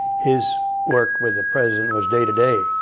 his work with the president was day to day,